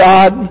God